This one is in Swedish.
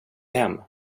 hem